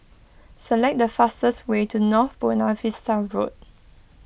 select the fastest way to North Buona Vista Road